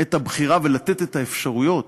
את הבחירה ולתת את האפשרויות